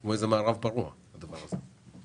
כמו איזה מערב פרוע, הדבר הזה.